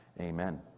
amen